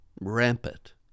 rampant